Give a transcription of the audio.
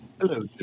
Hello